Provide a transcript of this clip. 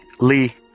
Lee